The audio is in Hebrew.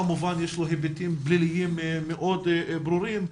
כמובן יש לו היבטים פליליים מאוד ברורים.